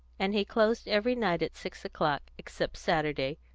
and he closed every night at six o'clock, except saturday,